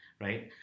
Right